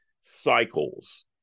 cycles